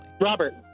Robert